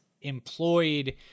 employed